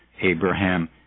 Abraham